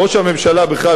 ראש הממשלה בכלל,